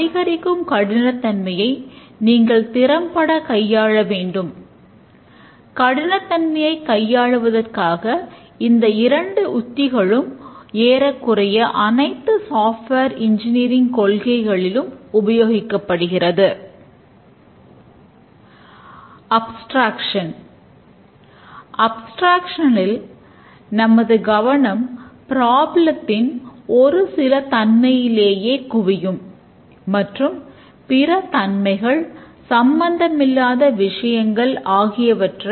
அந்த ஐந்து வகை குறியீடுகளையும் நாம் எந்த நேரச் செலவும் இல்லமலே கற்றுக்கொள்ள முடியும்